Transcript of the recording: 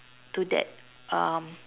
to that um